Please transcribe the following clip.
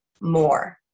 more